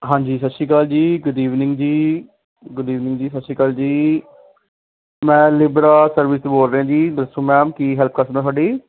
ਹਾਂਜੀ ਸਤਿ ਸ਼੍ਰੀ ਅਕਾਲ ਜੀ good evening ਜੀ ਗੁਡ ਈਵਨਿੰਗ ਜੀ ਸਤਿ ਸ਼੍ਰੀ ਅਕਾਲ ਜੀ ਮੈਂ ਲਿਬਰਾ ਸਰਵਿਸ ਤੋਂ ਬੋਲ ਰਿਹਾ ਜੀ ਦੱਸੋ ਮੈਮ ਕੀ ਹੈਲਪ ਕਰ ਸਕਦਾ ਤੁਹਾਡੀ